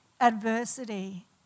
adversity